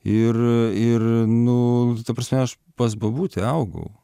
ir ir nu ta prasme aš pas bobutę augau